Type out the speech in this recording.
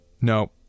No